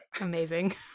Amazing